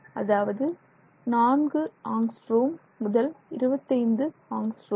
அதாவது 4 ஆம்ஸ்ட்ராங் முதல் 25 ஆங்ஸ்ட்ரோம்